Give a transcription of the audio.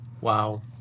Wow